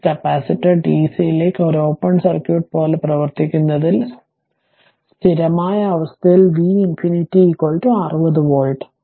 ഇപ്പോൾ capacitor dc ലേക്ക് ഒരു ഓപ്പൺ സർക്യൂട്ട് പോലെ പ്രവർത്തിക്കുന്നതിനാൽ സ്ഥിരമായ അവസ്ഥയിൽ V ∞ 60 വോൾട്ട്